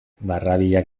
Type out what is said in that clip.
barrabilak